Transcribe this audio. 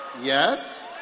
Yes